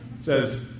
says